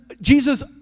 jesus